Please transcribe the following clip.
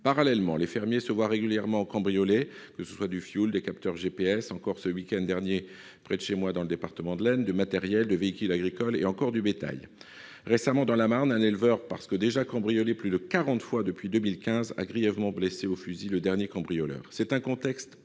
Parallèlement, les fermiers se voient régulièrement cambriolés. On leur vole du fioul, des capteurs GPS, encore le week-end dernier près de chez moi, dans le département de l'Aisne, du matériel, des véhicules agricoles ou encore du bétail. Récemment, dans la Marne, un éleveur, parce que déjà cambriolé plus de quarante fois depuis 2015, a grièvement blessé au fusil le dernier cambrioleur. Le contexte